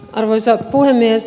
arvoisa puhemies